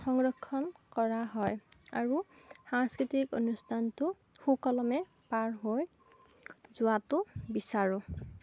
সংৰক্ষণ কৰা হয় আৰু সাংস্কৃতিক অনুষ্ঠানটো সুকলমে পাৰ হৈ যোৱাতো বিচাৰোঁ